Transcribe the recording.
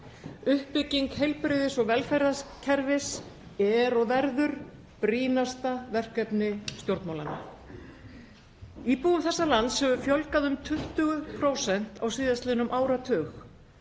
Uppbygging heilbrigðis- og velferðarkerfis er og verður brýnasta verkefni stjórnmálanna. Íbúum þessa lands hefur fjölgað um 20% á síðastliðnum áratug.